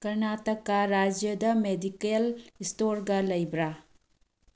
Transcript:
ꯀꯔꯅꯥꯇꯀꯥ ꯔꯥꯏꯖ꯭ꯌꯥꯗ ꯃꯦꯗꯤꯀꯦꯜ ꯏꯁꯇꯣꯔꯒ ꯂꯩꯕ꯭ꯔꯥ